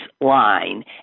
line